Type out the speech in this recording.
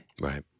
Right